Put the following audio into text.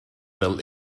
fel